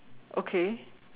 okay